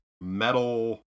metal